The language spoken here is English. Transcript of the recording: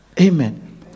Amen